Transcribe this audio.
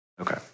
Okay